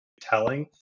telling